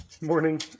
Morning